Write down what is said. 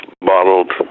bottled